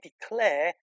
declare